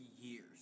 years